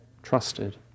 trusted